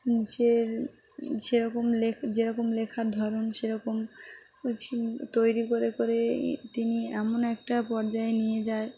নি যে যেরকম লেখ যেরকম লেখার ধরন সেরকম হ তৈরি করে করে তিনি এমন একটা পর্যায়ে নিয়ে যায়